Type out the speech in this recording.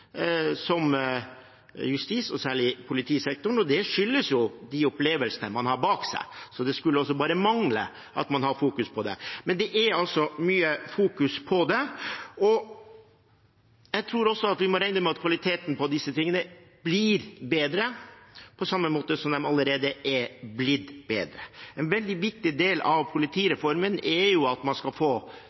som justis, særlig politisektoren, og det skyldes jo de opplevelsene man har bak seg. Så det skulle også bare mangle at man ikke har fokus på det. Men det er altså mye fokus på det, og jeg tror vi må regne med at kvaliteten på disse tingene blir bedre, på samme måte som de allerede er blitt bedre. En veldig viktig del av politireformen er jo at man skal få